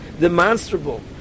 demonstrable